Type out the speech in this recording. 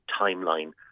timeline